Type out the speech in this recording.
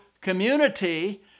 community